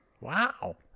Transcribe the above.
Wow